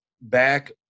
back